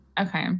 Okay